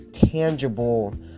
tangible